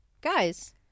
guys